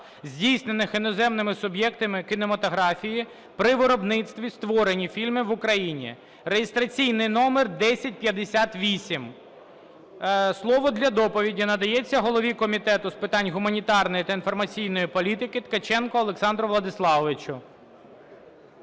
здійснених іноземними суб'єктами кінематографії при виробництві (створенні) фільмів в Україні (реєстраційний номер 1058). Слово для доповіді надається голові Комітету з питань гуманітарної та інформаційної політики Ткаченку Олександру Владиславовичу.